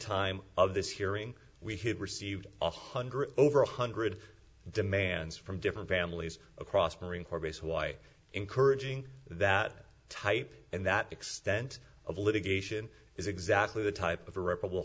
time of this hearing we had received one hundred over one hundred demands from different families across marine corps base why encouraging that type and that extent of litigation is exactly the type of irreparable